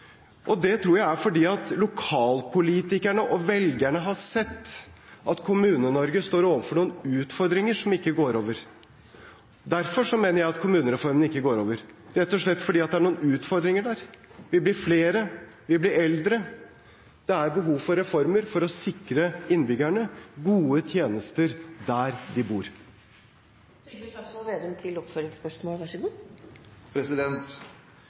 Det tror jeg er fordi lokalpolitikerne og velgerne har sett at Kommune-Norge står overfor noen utfordringer som ikke går over. Derfor mener jeg at kommunereformen ikke går over, rett og slett fordi det er noen utfordringer der. Vi blir flere, vi blir eldre. Det er behov for reformer for å sikre innbyggerne gode tjenester der de